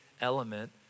element